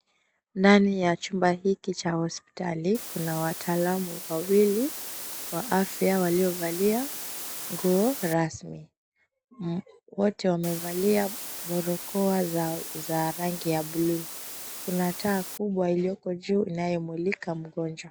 Ndani ya chumba hiki cha hospitali, kuna wataalamu wawili wa afya walio valia nguo rasmi. Wote wamevalia barakoa za rangi ya blue. Kuna taa kubwa iliyoko juu inayemulika mgonjwa.